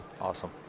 Awesome